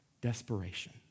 desperation